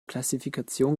klassifikation